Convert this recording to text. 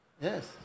Yes